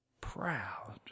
proud